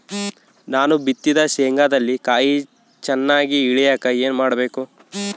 ನಾನು ಬಿತ್ತಿದ ಶೇಂಗಾದಲ್ಲಿ ಕಾಯಿ ಚನ್ನಾಗಿ ಇಳಿಯಕ ಏನು ಮಾಡಬೇಕು?